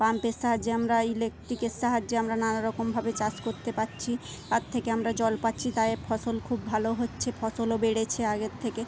পাম্পের সাহায্যে আমরা ইলেকট্রিকের সাহায্যে আমরা নানা রকমভাবে চাষ করতে পারছি তার থেকে আমরা জল পাচ্ছি তাই ফসল খুব ভালো হচ্ছে ফসলও বেড়েছে আগের থেকে